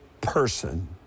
person